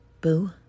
boo